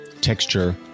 texture